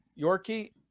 Yorkie